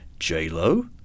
J-Lo